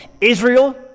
Israel